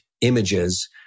images